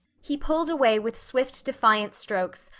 he pulled away with swift defiant strokes,